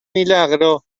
milagro